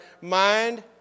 mind